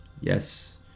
Yes